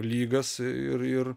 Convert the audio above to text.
lygas ir ir